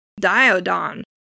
diodon